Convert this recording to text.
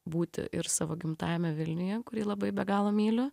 būti ir savo gimtajame vilniuje kurį labai be galo myliu